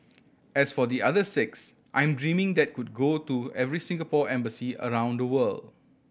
as for the other six I'm dreaming that could go to every Singapore embassy around the world